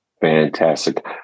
Fantastic